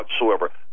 whatsoever